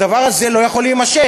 הדבר הזה לא יכול להימשך.